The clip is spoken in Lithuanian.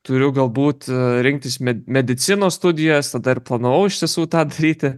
turiu galbūt rinktis medicinos studijas tada ir planavau iš tiesų tą daryti